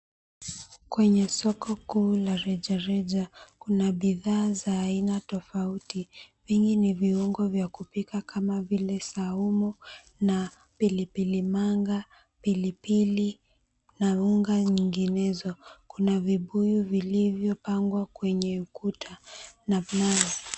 Kwenye soko kuu la reja reja kuna bidhaa za aina tofauti. Vingi ni viungo vya kupika kama vile saumu na pili pili manga, pili pili na unga vinginezo. Kuna vibuyu vilivyopangwa kwenye ukuta na mnazi.